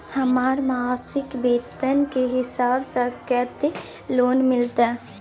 हमर मासिक वेतन के हिसाब स कत्ते लोन मिलते?